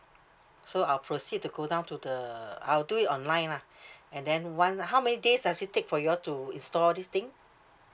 so I'll proceed to go down to the I'll do it online lah and then one how many days does it take for you all to install all this thing